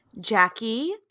Jackie